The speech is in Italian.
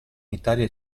italia